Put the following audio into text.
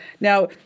Now